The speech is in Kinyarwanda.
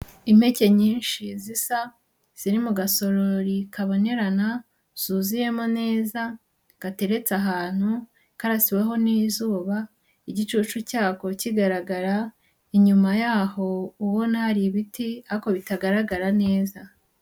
Impeke nyinshi zisa, ziri mu gasorori kabonerana zuzuyemo neza, gateretse ahantu karasiweho n'izuba, igicucu cyako kigaragara, inyuma yaho ubona hari ibiti ariko bitagaragara neza.